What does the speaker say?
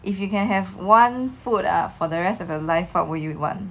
if you can have one food ah for the rest of your life what would you want